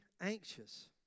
anxious